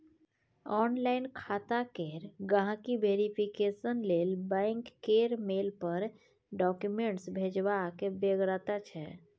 online खाता केर गांहिकी वेरिफिकेशन लेल बैंक केर मेल पर डाक्यूमेंट्स भेजबाक बेगरता छै